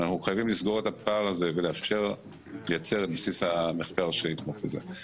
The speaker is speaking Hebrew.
אנחנו חייבים לסגור את הפער הזה ולאפשר לייצר את בסיס המחקר שיתמוך בזה.